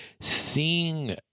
seeing